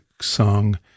song